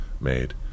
made